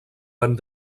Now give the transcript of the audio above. ben